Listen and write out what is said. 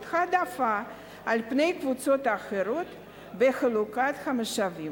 העדפה על פני קבוצות אחרות בחלוקת המשאבים,